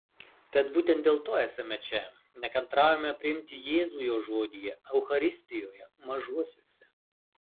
tad būtent dėl to esame čia nekantraujame priimti jėzų jo žodyje eucharistijoje mažuosiuose